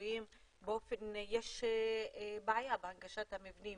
ציבוריים באופן שיש בעיה בהנגשת המבנים